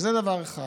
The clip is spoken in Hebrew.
זה דבר אחד.